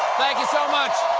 thank you so much!